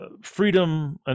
freedom